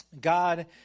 God